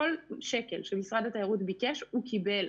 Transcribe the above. כל שקל שמשרד התיירות ביקש הוא קיבל.